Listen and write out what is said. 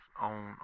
on